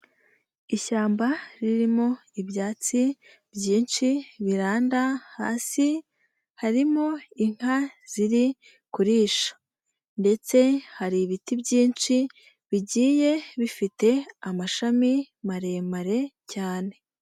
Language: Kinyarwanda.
Ishyamba ririmo ibyatsi byinshi biranda hasi harimo inka ziri kurisha ndetse hari ibiti byinshi bigiye bifite amashami maremare cyane.